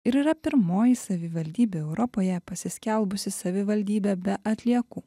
ir yra pirmoji savivaldybė europoje pasiskelbusi savivaldybe be atliekų